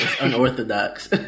unorthodox